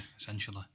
essentially